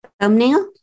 Thumbnail